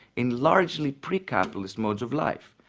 in largely pre-capitalist modes of life,